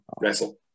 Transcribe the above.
wrestle